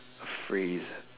phrase